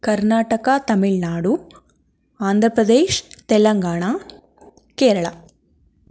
Karnataka Tamil Nadu Andhra Pradesh Telangana Kerala